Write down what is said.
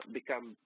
become